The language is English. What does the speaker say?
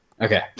Okay